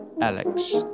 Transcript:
Alex